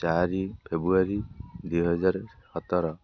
ଚାରି ଫେବୃଆରୀ ଦୁଇହଜାର ସତର